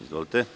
Izvolite.